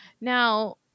Now